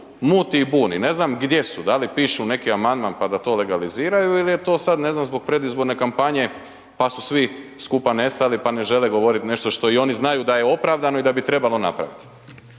muti i buni, ne znam gdje su, da li pišu neki amandman pa da to legaliziraju ili je to sad ne znam zbog predizborne kampanje pa su svi skupa nestali, pa ne žele govorit nešto što i oni znaju da je opravdano i da bi trebao napraviti.